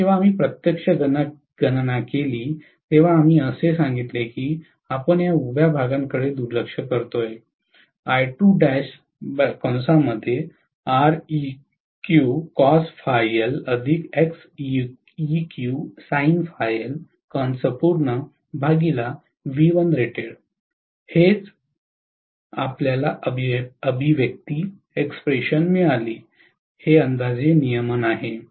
आणि जेव्हा आम्ही प्रत्यक्ष गणना केली तेव्हा आम्ही असे सांगितले की आपण या उभ्या भागाकडे दुर्लक्ष करू शकतो हेच आपल्याला अभिव्यक्ती मिळाली हे अंदाजे नियमन आहे